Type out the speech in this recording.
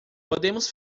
podemos